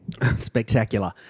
Spectacular